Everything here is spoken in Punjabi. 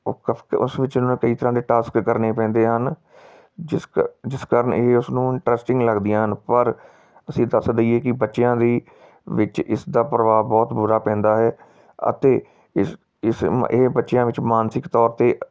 ਉਸ ਵਿੱਚ ਉਹਨਾਂ ਨੂੰ ਕਈ ਤਰ੍ਹਾਂ ਦੇ ਟਾਸਕ ਕਰਨੇ ਪੈਂਦੇ ਹਨ ਜਿਸ ਕ ਜਿਸ ਕਾਰਨ ਇਹ ਉਸ ਨੂੰ ਇੰਟਰਸਟਿੰਗ ਲੱਗਦੀਆਂ ਹਨ ਪਰ ਅਸੀਂ ਦੱਸ ਦਈਏ ਕਿ ਬੱਚਿਆਂ ਦੇ ਵਿੱਚ ਇਸ ਦਾ ਪ੍ਰਭਾਵ ਬਹੁਤ ਬੁਰਾ ਪੈਂਦਾ ਹੈ ਅਤੇ ਇਸ ਇਸ ਇਹ ਬੱਚਿਆਂ ਵਿੱਚ ਮਾਨਸਿਕ ਤੌਰ 'ਤੇ